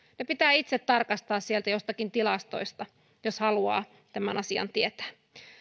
ne pitää itse tarkastaa sieltä jostakin tilastoista jos haluaa tämän asian tietää